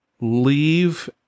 leave